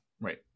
right